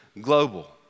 global